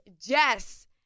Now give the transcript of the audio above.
Jess